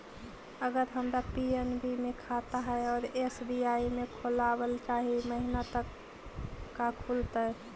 अगर हमर पी.एन.बी मे खाता है और एस.बी.आई में खोलाबल चाह महिना त का खुलतै?